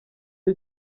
cyo